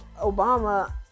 Obama